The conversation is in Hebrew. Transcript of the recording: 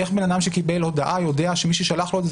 איך בן אדם שקיבל הודעה יודע שמי ששלח לו את זה,